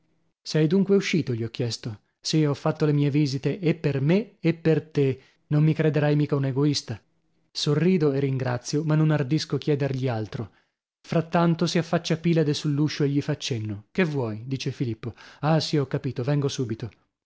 piazza sei dunque uscito gli ho chiesto sì ho fatto le mie visite e per me e per te non mi crederai mica un egoista sorrido e ringrazio ma non ardisco chiedergli altro frattanto si affaccia pilade sull'uscio e gli fa cenno che vuoi dice filippo ah sì ho capito vengo subito